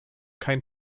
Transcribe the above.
kein